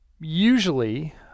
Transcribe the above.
Usually